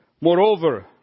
Moreover